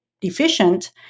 deficient